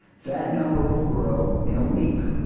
that number will grow in a week.